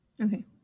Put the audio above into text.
Okay